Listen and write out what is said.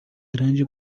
grande